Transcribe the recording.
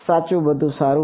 સાચું બધું સારું છે